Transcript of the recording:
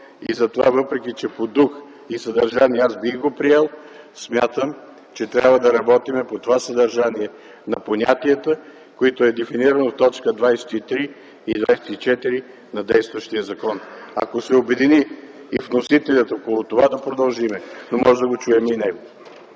го закон. Въпреки че по дух и съдържание бих го приел, смятам, че трябва да работим по това съдържание на понятията, които са дефинирани в т. 23 и 24 на действащия закон. Ако се обедини около това и вносителят, да продължим, но може да чуем и него.